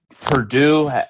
Purdue